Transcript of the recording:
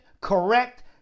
correct